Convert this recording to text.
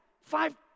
Five